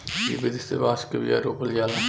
इ विधि से बांस के बिया रोपल जाला